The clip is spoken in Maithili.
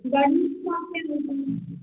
गरीब कहाँ पर जेतै